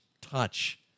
touch